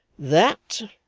that,